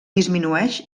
disminueix